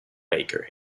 baker